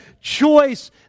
choice